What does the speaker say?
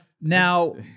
Now